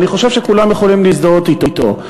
ואני חושב שכולם יכולים להזדהות אתו.